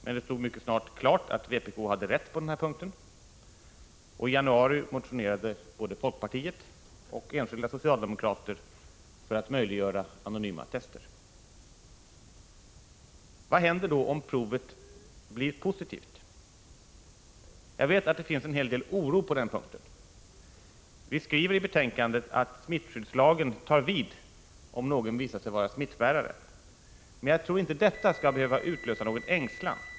Men det stod mycket snart klart att vpk hade rätt på den här punkten. I januari motionerade både folkpartiet och enskilda socialdemokrater för att möjliggöra anonyma tester. Vad händer då om provet blir positivt? Jag vet att det finns en hel del oro på den punkten. Vi skriver i betänkandet att smittskyddslagen tar vid om någon visar sig vara smittbärare, men jag tror inte detta skall behöva utlösa någon ängslan.